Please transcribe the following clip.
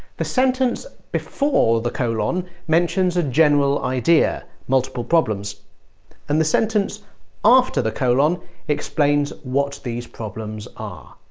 the sentence before the colon mentions a general idea multiple problems and the sentence after the colon explains what these problems are.